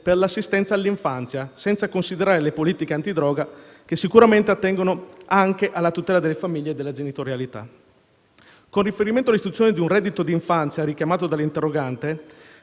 per l'assistenza all'infanzia, senza considerare le politiche antidroga, che sicuramente attengono anche alla tutela delle famiglie e della genitorialità. Con riferimento all'istituzione di un reddito di infanzia richiamato dall'interrogante,